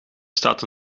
staat